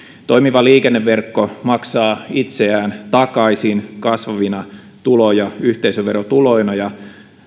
toimiva liikenneverkko maksaa itseään takaisin kasvavina tulovero ja yhteisöverotuloina ja